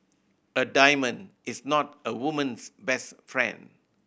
a diamond is not a woman's best friend